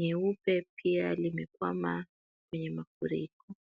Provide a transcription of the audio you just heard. nyeupe pia liekwama kwenye mafuriko.